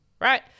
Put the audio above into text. right